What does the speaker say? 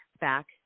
back